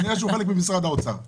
כנראה שהוא חלק ממשרד האוצר.